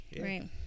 right